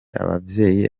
abavyeyi